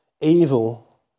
Evil